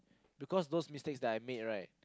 because those mistakes that I made right